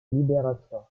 libération